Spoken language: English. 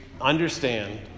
understand